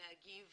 להגיב